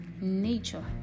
Nature